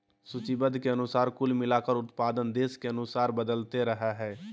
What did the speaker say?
सूचीबद्ध के अनुसार कुल मिलाकर उत्पादन देश के अनुसार बदलते रहइ हइ